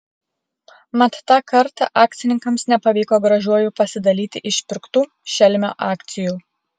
mat tą kartą akcininkams nepavyko gražiuoju pasidalyti išpirktų šelmio akcijų